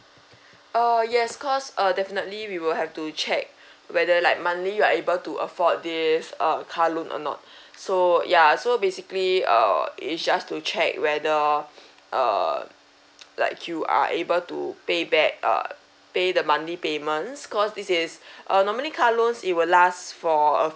uh yes cause uh definitely we will have to check whether like monthly you are able to afford this uh car loan or not so ya so basically err is just to check whether err like you are able to pay back err pay the monthly payments cause this is uh normally car loans it will last for a